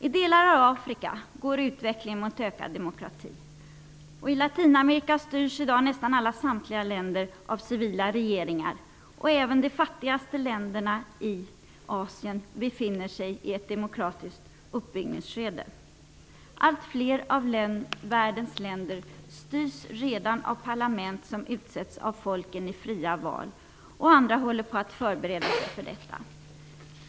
I delar av Afrika går utvecklingen mot ökad demokrati, och i Latinamerika styrs i dag nästan samtliga länder av civila regeringar. Även de fattigaste länderna i Asien befinner sig i ett demokratiskt uppbyggnadsskede. Allt fler av världens länder styrs redan av parlament som utsetts av folken i fria val, och andra håller på att förbereda sig för detta.